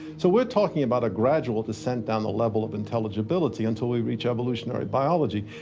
so we're talking about a gradual descent down the level of intelligibility until we reach evolutionary biology.